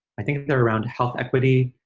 i think they're around health equity,